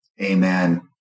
amen